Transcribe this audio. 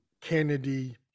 Kennedy